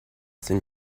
sind